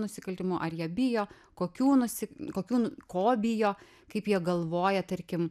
nusikaltimų ar jie bijo kokių nusi kokių nu ko bijo kaip jie galvoja tarkim